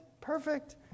perfect